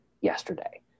yesterday